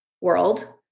world